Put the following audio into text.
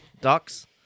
Ducks